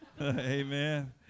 Amen